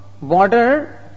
water